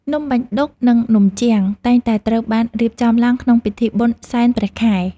នំបាញ់ឌុក និងនំជាំង តែងតែត្រូវបានរៀបចំឡើងក្នុងពិធីបុណ្យសែនព្រះខែ។